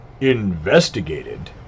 investigated